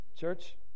Church